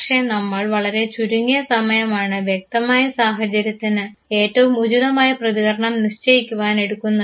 പക്ഷേ നമ്മൾ വളരെ ചുരുങ്ങിയ സമയമാണ് വ്യക്തമായ സാഹചര്യത്തിന് ഏറ്റവും ഉചിതമായ പ്രതികരണം നിശ്ചയിക്കുവാൻ എടുക്കുന്നത്